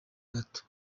gato